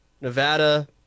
Nevada